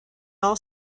all